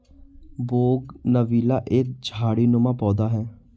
bougainvillea एक झाड़ीनुमा पौधा है